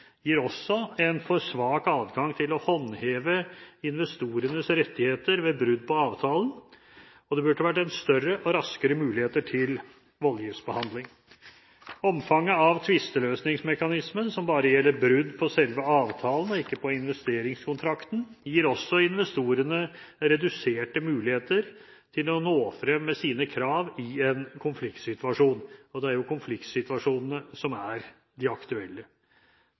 gir også en for svak adgang til å håndheve investorenes rettigheter ved brudd på avtalen, og det burde vært større og raskere mulighet for voldgiftsbehandling. Omfanget av tvisteløsningsmekanismen som bare gjelder brudd på selve avtalen og ikke på investeringskontrakten, gir også investorene reduserte muligheter til å nå frem med sine krav i en konfliktsituasjon – og det er jo konfliktsituasjonene som er de aktuelle.